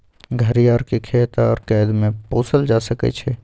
घरियार के खेत आऽ कैद में पोसल जा सकइ छइ